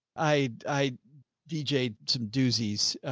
i, i deejayed some doozies. ah,